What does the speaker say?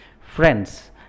Friends